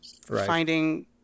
finding